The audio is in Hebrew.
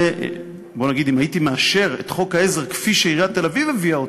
אם הייתי מאשר את חוק העזר כפי שעיריית תל-אביב הביאה אותו,